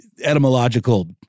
etymological